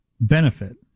benefit